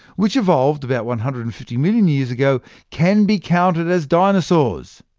which evolved about one hundred and fifty million years ago, can be counted as dinosaurs.